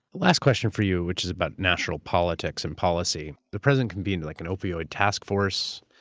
last question for you, which is about national politics and policy. the president convened like an opioid task force,